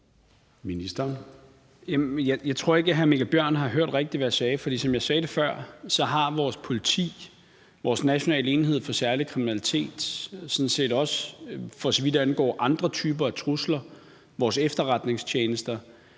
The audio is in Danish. Jeg tror ikke, hr. Mikkel Bjørn rigtig har hørt, hvad jeg sagde. For som jeg sagde før, har vores politi, vores Nationale enhed for Særlig Kriminalitet og sådan set også, for så vidt angår andre typer af trusler, vores efterretningstjenester